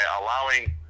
allowing